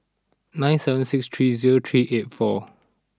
nine seven six three zero three eight four